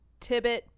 Tibbet